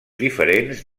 diferents